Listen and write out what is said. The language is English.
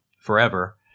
forever